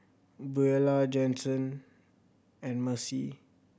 Buelah Jasen and Marcie